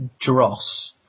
dross